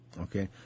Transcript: Okay